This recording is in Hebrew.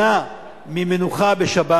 להימנע ממנוחה בשבת.